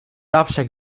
zawsze